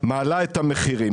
מעלה את המחירים,